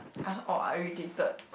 I heard orh I irritated